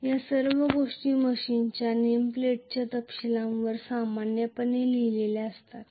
या सर्व गोष्टी मशीनच्या नेम प्लेटच्या तपशीलांवर सामान्यपणे लिहिल्या जातील